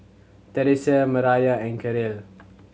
Terese Mariyah and Karyl